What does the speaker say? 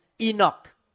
Enoch